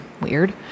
Weird